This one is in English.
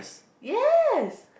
yes